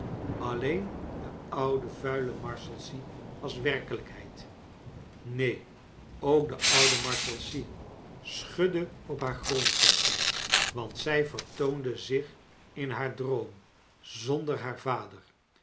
alleen de oude mile marshals ea was werkelijkheid keen ook de oude marshalsea schudde op haar grondvesten want zij vertoonde zich in haar droom zonder haar vader